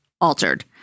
altered